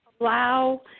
allow